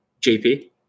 JP